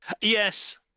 Yes